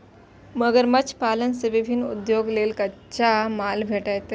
मगरमच्छ पालन सं विभिन्न उद्योग लेल कच्चा माल भेटै छै